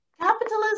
capitalism